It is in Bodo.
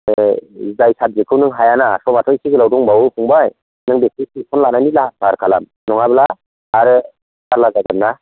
जाय साबजेक्टखौ नों हाया ना समाथ' एसे गोलाव दंबावो फंबाय नों बेखौ टिउसन लानायनि लाहार फाहार खालाम नङाब्ला आरो जारला जागोन ना